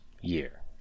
year